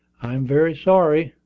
i am very sorry,